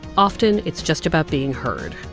often, it's just about being heard.